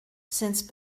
since